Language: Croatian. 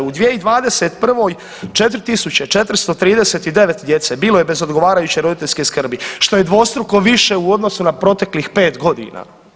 U 2021. 4 439 djece bilo je bez odgovarajuće roditeljske skrbi, što je dvostruko više u odnosu na proteklih 5 godina.